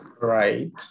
Right